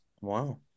Wow